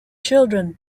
children